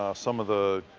some of the